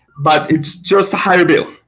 but it's just a higher bill.